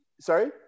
Sorry